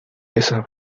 esa